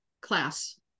class